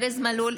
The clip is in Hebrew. ארז מלול,